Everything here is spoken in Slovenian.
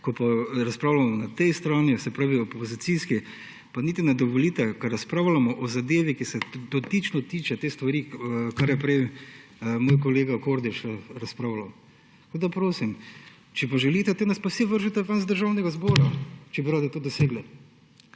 ko pa razpravljamo na tej strani, se pravi opozicijski, pa niti ne dovolite, ker razpravljamo o zadevi, ki se direktno tiče te stvari, kar je prej moj kolega Kordiš razpravlja. Če pa želite, nas pa vse vrzite iz Državnega zbora, če bi radi to dosegli.